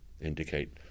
indicate